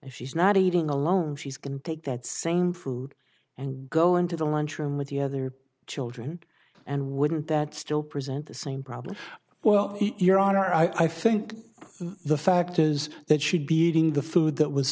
and she's not eating alone she's going to take that same food and go into the lunchroom with the other children and wouldn't that still present the same problem well your honor i think the fact is that she'd be eating the food that was